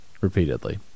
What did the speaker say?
repeatedly